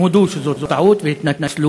הם הודו שזו טעות והתנצלו.